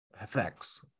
effects